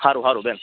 હારું હારું બેન